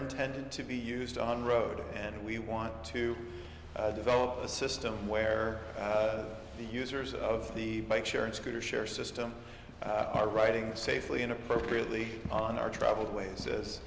intended to be used on road and we want to develop a system where the users of the bike share and scooter share system are writing safely and appropriately on our travel ways as